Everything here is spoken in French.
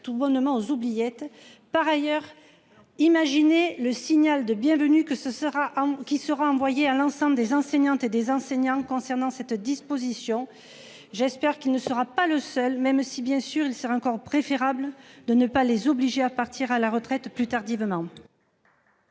tout bonnement aux oubliettes par ailleurs. Imaginez le signal de bienvenue que ce sera qui sera envoyé à l'ensemble des enseignantes et des enseignants concernant cette disposition. J'espère qu'il ne sera pas le seul même si bien sûr il serait encore préférable de ne pas les obliger à partir à la retraite plus tardivement.